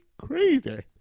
crazy